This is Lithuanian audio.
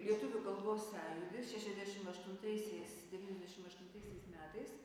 lietuvių kalbos sąjūdis šešiadešim aštuntaisiais devyniadešim aštuntaisiais metais